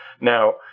Now